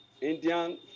Indian